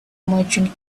merchant